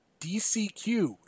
DCQ